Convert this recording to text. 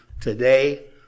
Today